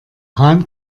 hahn